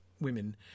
women